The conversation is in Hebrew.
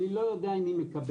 אני לא יודע אם היא מקבלת,